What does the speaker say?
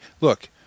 Look